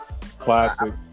Classic